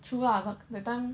true lah but that time